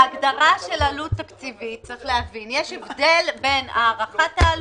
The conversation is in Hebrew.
בהגדרה של עלות תקציבית יש הבדל בין הערכת העלות,